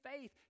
faith